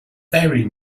very